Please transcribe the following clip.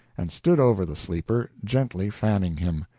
and stood over the sleeper, gently fanning him.